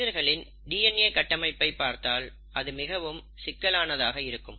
மனிதனின் டிஎன்ஏ கட்டமைப்பை பார்த்தால் அது மிகவும் சிக்கலானதாக இருக்கும்